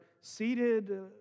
seated